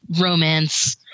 romance